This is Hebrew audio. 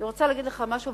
אני רוצה להגיד לך משהו,